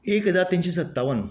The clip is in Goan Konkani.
एक हजार तिनशें सत्तावन